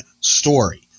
story